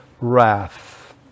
wrath